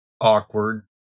awkward